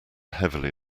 heavily